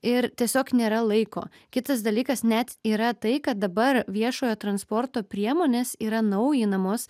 ir tiesiog nėra laiko kitas dalykas net yra tai kad dabar viešojo transporto priemonės yra naujinamos